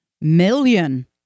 million